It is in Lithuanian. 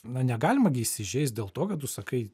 na negalima gi įsižeist dėl to kad tu sakai